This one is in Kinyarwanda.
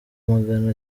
magana